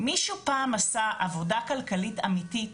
מישהו פעם עשה עבודה כלכלית אמיתית,